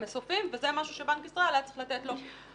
המסופים וזה משהו שבנק ישראל היה צריך ללתת לו פתרון.